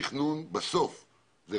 תכנון זה רווחה